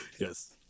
Yes